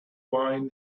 wine